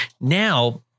now